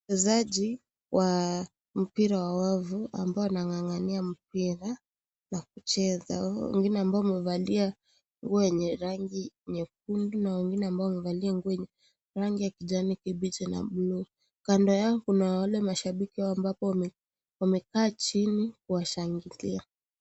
Wachezaji wa mpira wa wavu ambao wanang'ang'ania mpira na kucheza. Wengine ambao wamevalia nguo yenye rangi nyekundu na wengine ambao wamevalia nguo yenye rangi ya kijani kibichi na buluu. Kando yao, kuna wale mashabiki ambapo wamekaa chini washangilia.